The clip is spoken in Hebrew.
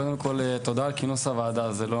קודם כל תודה על כינוס הוועדה זה לא